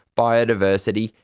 biodiversity,